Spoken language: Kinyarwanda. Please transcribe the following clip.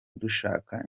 dushaka